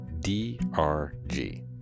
DRG